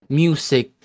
music